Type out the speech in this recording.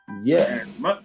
Yes